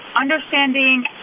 understanding